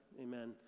Amen